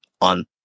on